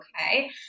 okay